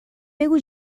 بگو